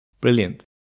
brilliant